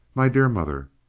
my dear mother,